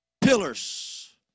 pillars